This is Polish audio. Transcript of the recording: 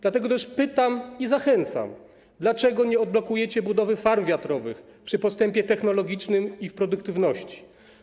Dlatego też pytam i zachęcam: Dlaczego nie odblokujecie budowy farm wiatrowych, przy postępie technologicznym ich produktywności?